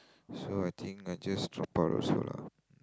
so I think I just drop out also lah